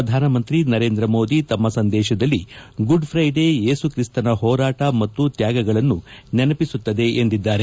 ಪ್ರಧಾನಮಂತ್ರಿ ನರೇಂದ್ರಮೋದಿ ತಮ್ಮ ಸಂದೇಶದಲ್ಲಿ ಗುಡ್ ಕ್ರೈಡೆ ಏಸುಕ್ರಿಸ್ತನ ಹೋರಾಟ ಮತ್ತು ತ್ಯಾಗಗಳ ಬಗ್ಗೆ ನೆನಪಿಸುತ್ತದೆ ಎಂದರು